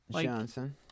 Johnson